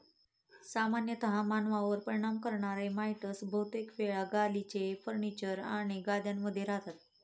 सामान्यतः मानवांवर परिणाम करणारे माइटस बहुतेक वेळा गालिचे, फर्निचर आणि गाद्यांमध्ये रहातात